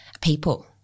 people